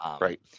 Right